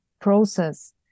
process